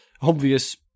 obvious